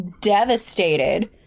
devastated